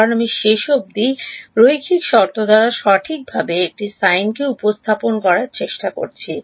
কারণ আমি শেষ অবধি রৈখিক শর্ত দ্বারা সঠিকভাবে একটি Sine কে উপস্থাপন করার চেষ্টা করছি